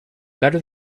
better